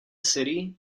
city